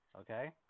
Okay